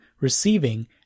receiving